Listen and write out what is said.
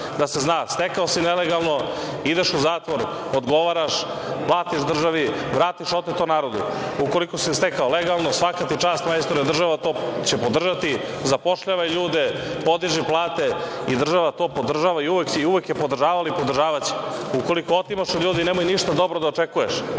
da se zna - stekao si nelegalno, ideš u zatvor, odgovaraš, platiš državi, vratiš oteto narodu. Ukoliko si stekao legalno, svaka ti čast majstore, država će to podržati, zapošljavaj ljude, podiži plate i država to podržava i uvek je podržavala i podržavaće. Ukoliko otimaš od ljudi nemoj ništa dobro da očekuješ,